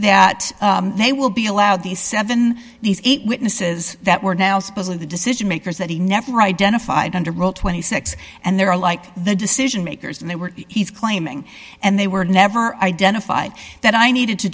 that they will be allowed these seven these eight witnesses that were now supposedly the decision makers that he never identified under rule twenty six dollars and they're like the decision makers and they were he's claiming and they were never identified that i needed to